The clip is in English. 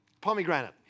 Pomegranate